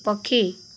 ପକ୍ଷୀ